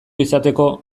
izateko